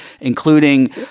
including